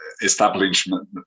establishment